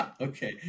okay